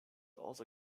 also